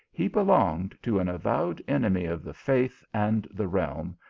he belonged to an avowed enemy of the faith and the realm,